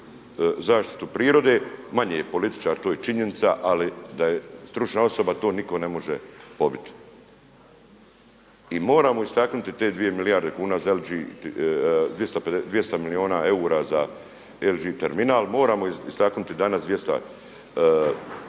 zaštitu prirode. Manje je političar to je činjenica, ali da je stručna osoba to niko ne može pobiti. I moramo istaknuti te dvije milijarde kuna za LG 200 milijuna eura za LG Terminal, moramo istaknuti danas 2 milijarde